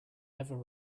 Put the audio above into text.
ever